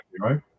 right